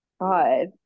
god